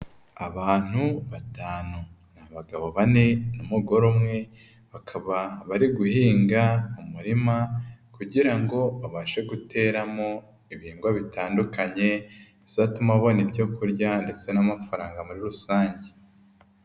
Abantu batanu ni abagabo bane n'umugore umwe, bakaba bari guhinga umurima kugira ngo babashe guteramo ibihingwa bitandukanye, bizatuma babona ibyo kurya ndetse n'amafaranga muri rusange.